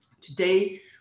Today